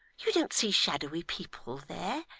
you don't see shadowy people there,